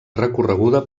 recorreguda